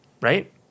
right